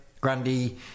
Grundy